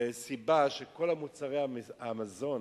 סיבה שמחירי מוצרי המזון